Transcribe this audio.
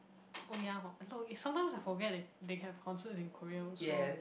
oh ya hor no is sometimes I forget that they have concert in Korea also